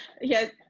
Yes